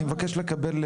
אני מבקש לקבל,